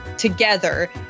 Together